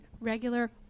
regular